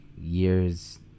years